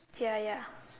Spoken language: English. ya ya